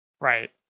Right